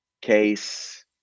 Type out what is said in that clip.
case